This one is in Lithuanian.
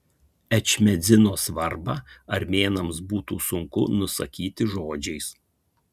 ečmiadzino svarbą armėnams būtų sunku nusakyti žodžiais